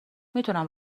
میتونم